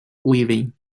weaving